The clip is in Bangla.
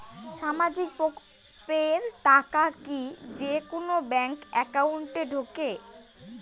সামাজিক প্রকল্পের টাকা কি যে কুনো ব্যাংক একাউন্টে ঢুকে?